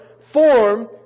form